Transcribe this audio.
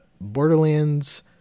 Borderlands